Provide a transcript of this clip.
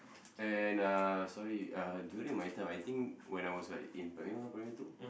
and uh sorry uh during my time I think when I was like in primary one primary two